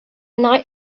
night